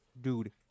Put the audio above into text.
dude